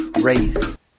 race